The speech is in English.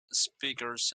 speakers